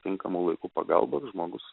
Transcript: tinkamu laiku pagalbos žmogus